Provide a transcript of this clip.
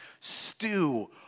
stew